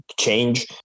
change